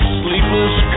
sleepless